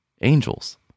angels